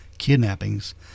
kidnappings